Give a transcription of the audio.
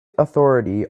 authority